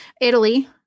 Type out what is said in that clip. Italy